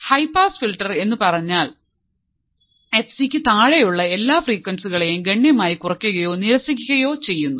high pass filter എന്നു പറഞ്ഞാൽ എഫ്സിക്ക് താഴെയുള്ള എല്ലാ ഫ്രീക്വൻസികളെയും ഗണ്യമായി കുറക്കുകയോ നിരസിക്കുകയോ ചെയുന്നു